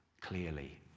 Clearly